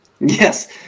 Yes